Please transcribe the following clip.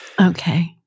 Okay